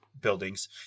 buildings